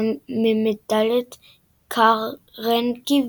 ממדליית קרנגי,